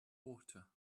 water